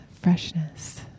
freshness